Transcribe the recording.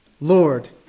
Lord